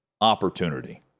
opportunity